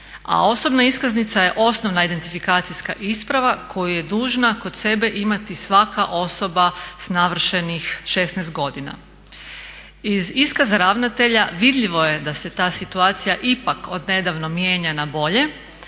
a osobna iskaznica je osnovna identifikacijska isprava koju je dužna kod sebe imati svaka osoba s navršenih 16 godina. Iz iskaza ravnatelja vidljivo je da se ta situacija ipak od nedavno mijenja na bolje,